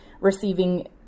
receiving